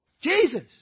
Jesus